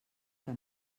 que